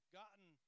gotten